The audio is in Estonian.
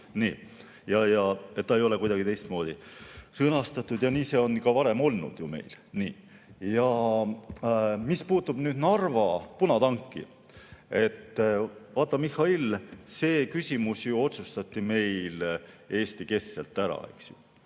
Ta ei ole kuidagi teistmoodi sõnastatud ja nii see on ka varem olnud ju meil. Mis puutub Narva punatanki, siis vaata, Mihhail, see küsimus otsustati meil Eesti-keskselt ära, eks ju.